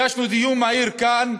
הגשנו דיון מהיר כאן,